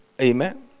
Amen